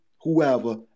whoever